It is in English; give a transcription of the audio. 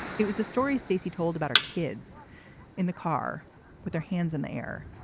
it was the story stacey told about our kids in the car with their hands in the air.